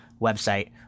website